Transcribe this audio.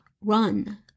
Run